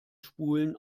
spulen